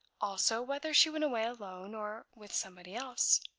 also, whether she went away alone, or with somebody else.